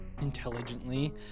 intelligently